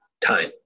time